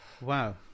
Wow